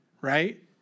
Right